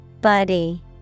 Buddy